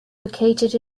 located